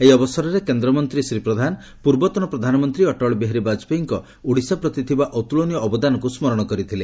ଏହି ଅବସରରେ କେନ୍ଦ୍ରମନ୍ତୀ ଶ୍ରୀ ପ୍ରଧାନ ପୂର୍ବତନ ପ୍ରଧାନମନ୍ତୀ ଅଟଳବିହାରୀ ବାଜପେୟୀଙ୍କ ଓଡ଼ିଶା ପ୍ରତି ଥିବା ଅତୁଳନୀୟ ଅବଦାନକୁ ସ୍କରଶ କରିଥିଲେ